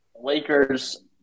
Lakers